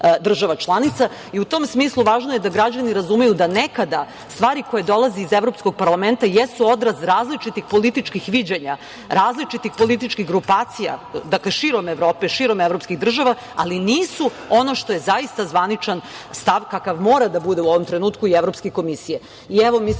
U tom smislu važno je da građani razumeju da nekada stvari koji dolaze iz Evropskog parlamenta jesu odraz različitih političkih viđenja, različitih političkih grupacija širom Evrope, širom evropskih država, ali nisu ono što je zaista zvaničan stav kakav mora da bude u ovom trenutku i Evropske komisije. Evo,